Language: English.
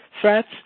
threats